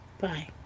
Bye